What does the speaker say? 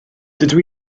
dydw